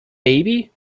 baby